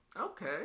Okay